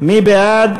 מי בעד?